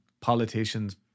politicians